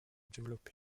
développer